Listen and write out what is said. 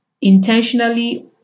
intentionally